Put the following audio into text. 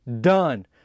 Done